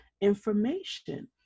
information